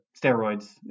steroids